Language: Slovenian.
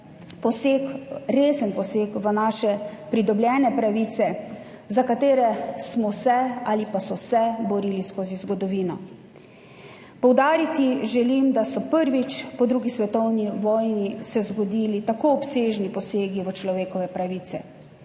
resen poseg v naše pridobljene pravice, za katere smo se ali pa so se borili skozi zgodovino. Poudariti želim, da so se prvič po drugi svetovni vojni zgodili tako obsežni posegi v človekove pravice.